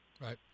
Right